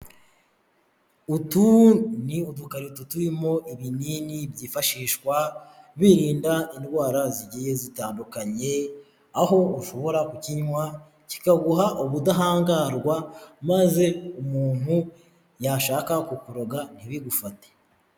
Utu ni udukarito turimo ibinini byifashishwa birinda indwara zigiye zitandukanye, aho ushobora kukinywa kikaguha ubudahangarwa maze umuntu yashaka ku kuroga ntibigufate.